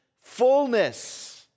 fullness